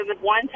one